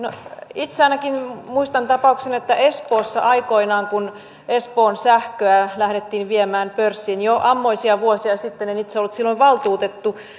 itse ainakin muistan tapauksen että espoossa aikoinaan kun espoon sähköä lähdettiin viemään pörssiin jo ammoisia vuosia sitten en itse ollut silloin valtuutettu